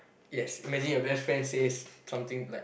yes imagine your best friend says something like